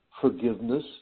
forgiveness